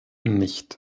nicht